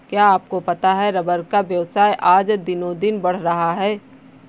क्या आपको पता है रबर का व्यवसाय आज दिनोंदिन बढ़ रहा है?